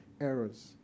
errors